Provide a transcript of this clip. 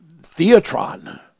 theatron